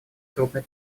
крупной